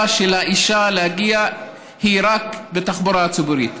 של האישה להגיע היא רק בתחבורה ציבורית.